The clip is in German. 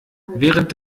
während